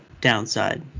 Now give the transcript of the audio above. downside